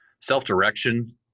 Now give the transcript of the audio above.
self-direction